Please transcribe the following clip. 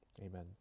Amen